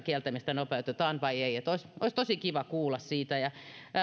kieltämistä nopeutetaan vai ette olisi tosi kiva kuulla siitä